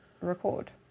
record